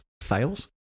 fails